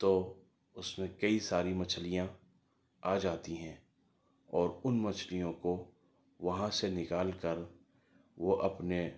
تو اس میں کئی ساری مچھلیاں آ جاتی ہیں اور ان مچھلیوں کو وہاں سے نکال کر وہ اپنے